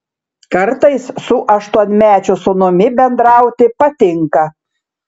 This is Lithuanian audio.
kartais su aštuonmečiu sūnumi bendrauti patinka